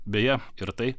beje ir tai